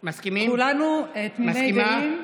אמילי?